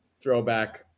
throwback